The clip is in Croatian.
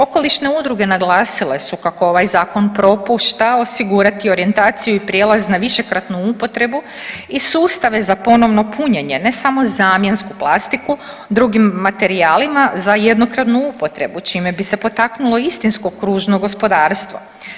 Okolišne udruge naglasile su kako ovaj zakon propušta osigurati orijentaciju i prijelaz na višekratnu upotrebu i sustave za ponovo punjenje, ne samo zamjensku plastiku drugim materijalima za jednokratnu upotrebu čime bi se potaknulo istinsko kružno gospodarstvo.